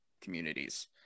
communities